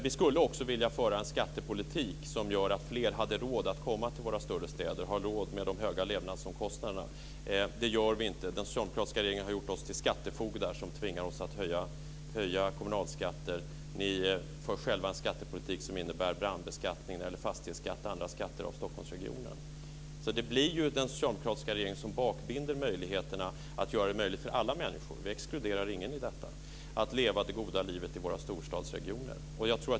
Vi skulle också vilja föra en skattepolitik som gör att fler har råd att komma till våra större städer och har råd med de höga levnadsomkostnaderna. Det gör vi inte. Den socialdemokratiska regeringen har gjort oss till skattefogdar och tvingar oss att höja kommunalskatter. Ni för själva en skattepolitik som innebär brandskattning av Stockholmsregionen genom fastighetsskatt och andra skatter. Det är ju den socialdemokratiska regeringen som genom att bakbinda dem inte gör det möjligt för alla människor, vi exkluderar ingen, att leva det goda livet i våra storstadsregioner.